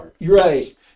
Right